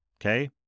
okay